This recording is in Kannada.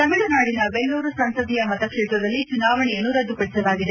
ತಮಿಳುನಾಡಿನ ವೆಲ್ಲೂರು ಸಂಸದೀಯ ಮತಕ್ಷೇತ್ರದಲ್ಲಿ ಚುನಾವಣೆಯನ್ನು ರದ್ದುಪಡಿಸಲಾಗಿದೆ